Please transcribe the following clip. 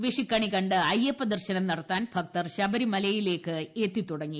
വിഷുക്കണി കണ്ട് അയ്യപ്പദർശനം നടത്താൻ ഭക്തർ ശബരിമലയിലേക്ക് എത്തിത്തുടങ്ങി